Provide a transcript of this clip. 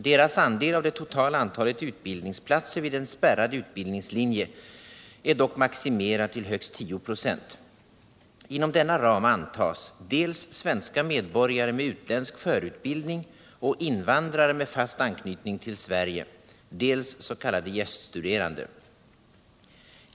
Deras andel av det totala antalet utbildningsplatser vid en spärrad utbildningslinje är dock maximerad till högst 10 96. Inom denna ram antas dels svenska medborgare med utländsk förutbildning och invandrare med fast anknytning till Sverige, dels s.k. gäststuderande.